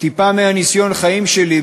טיפה מניסיון החיים שלי,